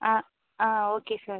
ஆ ஆ okay sir